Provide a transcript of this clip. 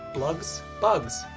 blugs? bugs.